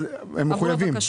אבל הם מחויבים?